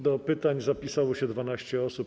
Do pytań zapisało się 12 osób.